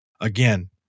again